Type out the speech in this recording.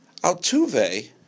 Altuve